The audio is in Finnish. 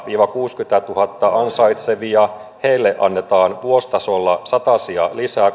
viiva kuusikymmentätuhatta ansaitsevia heille annetaan vuositasolla satasia lisää